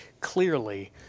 clearly